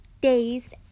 days